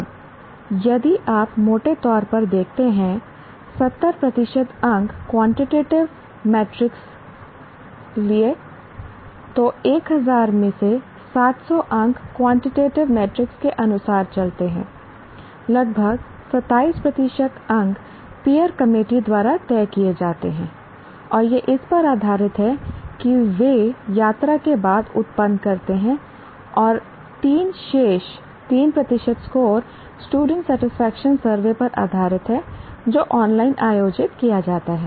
अब यदि आप मोटे तौर पर देखते हैं 70 प्रतिशत अंक क्वांटिटेटिव मैट्रिक्स लिए तो 1000 में से 700 अंक क्वांटिटेटिव मैट्रिक्स के अनुसार चलते हैं लगभग 27 प्रतिशत अंक पीयर कमेटी द्वारा तय किए जाते हैं और यह इस पर आधारित है कि वे यात्रा के बाद उत्पन्न करते हैं और तीन शेष 3 प्रतिशत स्कोर स्टूडेंट सेटिस्फेक्शन सर्वे पर आधारित है जो ऑनलाइन आयोजित किया जाता है